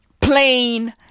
Plain